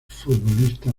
futbolista